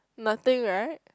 nothing right